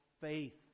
faith